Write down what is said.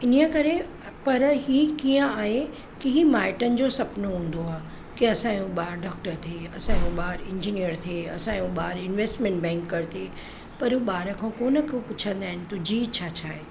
इनजे करे पर इहे कीअं आहे की इहे माइटनि जो सुपिनो हूंदो आहे की असांजो ॿार डॉक्टर थिए असांजो ॿार इंजीनियर थिए असांजो ॿार इनवेस्टमेंट बैंकर थिए पर ॿार खां कोन न पुछंदा आहिनि तुंहिंजी इच्छा छा आहे